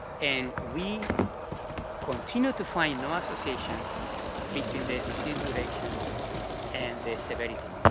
and we continue to find no association between their disease duration and the severity.